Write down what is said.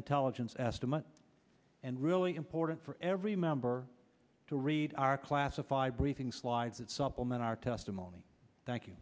intelligence estimate and really important for every member to read our classified briefing slides that supplement our testimony thank you